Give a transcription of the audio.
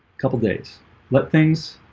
couple days let things